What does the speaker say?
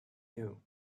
new